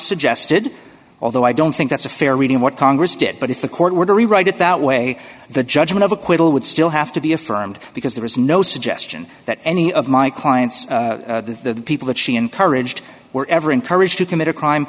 suggested although i don't think that's a fair reading of what congress did but if the court were to rewrite it that way the judgment of acquittal would still have to be affirmed because there is no suggestion that any of my clients the people that she encouraged were ever encouraged to commit a crime